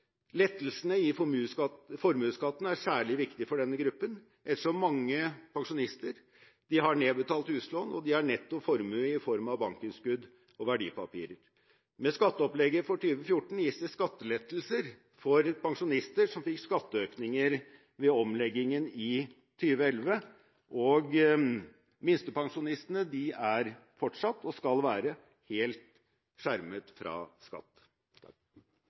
Lettelsene i formuesskatten er særlig viktig for denne gruppen, ettersom mange pensjonister har nedbetalt huslån, og de har netto formue i form av bankinnskudd og verdipapirer. Med skatteopplegget for 2014 gis det skattelettelser for pensjonister som fikk skatteøkninger ved omleggingen i 2011, og minstepensjonistene er og skal fortsatt være helt skjermet fra skatt.